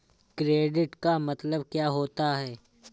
Credit का मतलब क्या होता है?